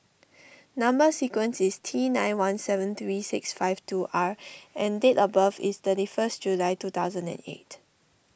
Number Sequence is T nine one seven three six five two R and date of birth is thirty first July two thousand and eight